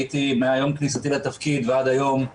מיום כניסתי לתפקיד ועד היום הייתי